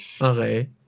Okay